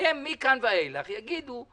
הם מכאן ואילך יגידו: